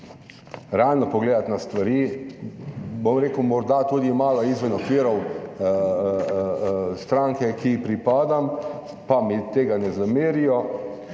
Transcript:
realno pogledati na stvari, bom rekel, morda tudi malo izven okvirov stranke, ki ji pripadam, pa mi tega ne zamerijo